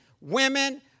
women—